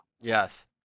Yes